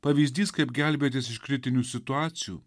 pavyzdys kaip gelbėtis iš kritinių situacijų